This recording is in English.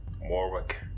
Warwick